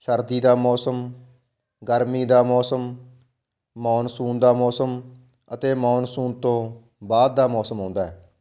ਸਰਦੀ ਦਾ ਮੌਸਮ ਗਰਮੀ ਦਾ ਮੌਸਮ ਮੌਨਸੂਨ ਦਾ ਮੌਸਮ ਅਤੇ ਮੌਨਸੂਨ ਤੋਂ ਬਾਅਦ ਦਾ ਮੌਸਮ ਆਉਂਦਾ